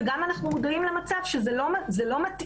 וגם אנחנו מודעים למצב שזה לא מתאים